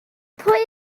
pwy